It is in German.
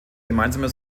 gemeinsamer